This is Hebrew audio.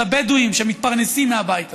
של הבדואים שמתפרנסים מהבית הזה.